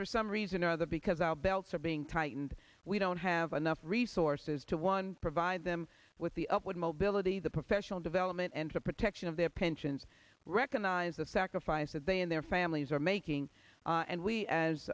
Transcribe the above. for some reason or other because our belts are being tightened we don't have enough resources to one provide them with the upward mobility the professional development and to protection of their pensions recognize the sacrifice that they and their families are making and we as